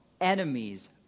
enemies